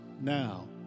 now